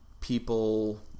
people